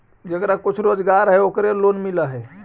जेकरा कुछ रोजगार है ओकरे लोन मिल है?